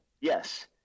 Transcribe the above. Yes